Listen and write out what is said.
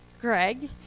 Greg